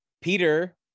Peter